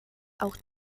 auch